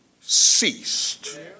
ceased